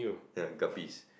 they are guppies